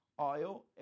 oil